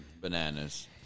bananas